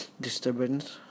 disturbance